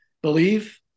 Believe